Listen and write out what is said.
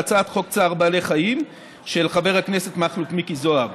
בהצעת חוק צער בעלי חיים של חבר הכנסת מכלוף מיקי זוהר,